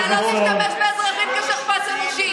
אתה לא תשמש באזרחים כשכפ"ץ אנושי.